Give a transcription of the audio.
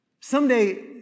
Someday